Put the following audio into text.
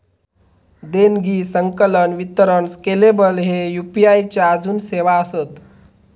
देणगी, संकलन, वितरण स्केलेबल ह्ये यू.पी.आई च्या आजून सेवा आसत